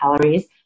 calories